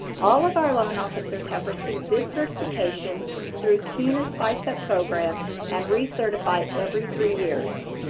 all of our loan officers have received this certification through cuna's ficep program and recertify every three years.